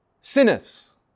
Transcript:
sinners